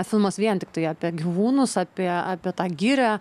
filmas vien tiktai apie gyvūnus apie apie tą girią